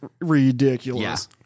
ridiculous